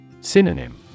Synonym